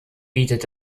bietet